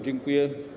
Dziękuję.